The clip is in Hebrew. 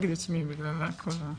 ב':